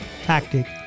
tactic